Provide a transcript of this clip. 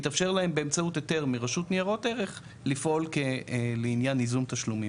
יתאפשר להם באמצעות היתר מרשות ניירות ערך לפעול לעניין ייזום תשלומים.